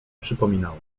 przypominała